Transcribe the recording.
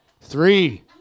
three